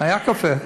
היה קפה.